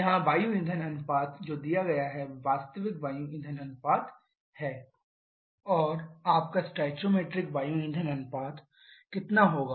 यहां वायु ईंधन अनुपात जो दिया गया है वह वास्तविक वायु ईंधन अनुपात है और आपका स्टोइकोमेट्रिक वायु ईंधन अनुपात कितना होगा